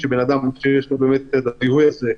כך שאדם שיש לו את הזיהוי הזה,